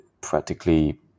practically